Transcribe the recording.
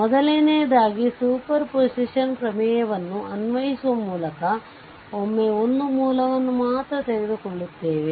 ಮೊದಲನೆಯದಾಗಿ ಸೂಪರ್ಪೋಸಿಷನ್ ಪ್ರಮೇಯವನ್ನು ಅನ್ವಯಿಸುವ ಮೂಲಕ ಒಮ್ಮೆ ಒಂದು ಮೂಲವನ್ನು ಮಾತ್ರ ತೆಗೆದುಕೊಳ್ಳುತ್ತೇವೆ